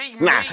Nah